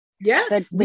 Yes